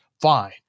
fine